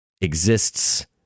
exists